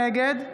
נגד